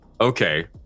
Okay